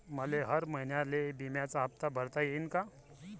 मले हर महिन्याले बिम्याचा हप्ता भरता येईन का?